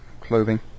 clothing